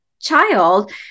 child